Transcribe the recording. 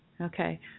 Okay